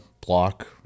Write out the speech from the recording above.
block